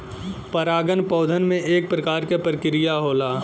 परागन पौधन में एक प्रकार क प्रक्रिया होला